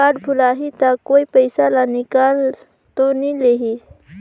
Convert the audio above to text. Card भुलाही ता कोई पईसा ला निकाल तो नि लेही?